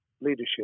leadership